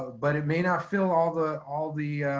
but it may not fill all the all the